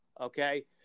Okay